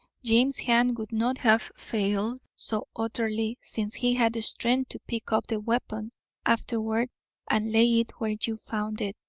james's hand would not have failed so utterly, since he had strength to pick up the weapon afterward and lay it where you found it.